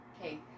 okay